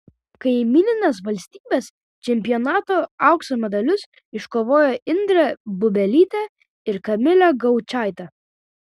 kaimyninės valstybės čempionato aukso medalius iškovojo indrė bubelytė ir kamilė gaučaitė